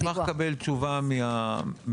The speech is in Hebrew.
אני אשמח לקבל תשובה מהמתכננים.